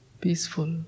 peaceful